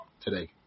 today